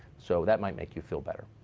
so that might make you feel better.